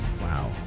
Wow